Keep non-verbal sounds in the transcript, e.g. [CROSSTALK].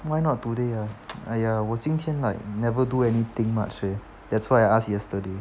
why not today ah [NOISE] !aiya! 我今天 like never do anything much say that's why I ask yesterday